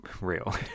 real